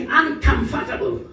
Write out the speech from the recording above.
uncomfortable